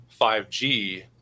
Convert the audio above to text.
5G